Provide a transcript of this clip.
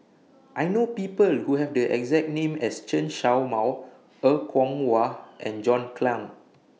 I know People Who Have The exact name as Chen Show Mao Er Kwong Wah and John Clang